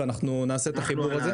ואנחנו נעשה את החיבור לזה.